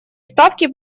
ставки